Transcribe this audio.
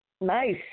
nice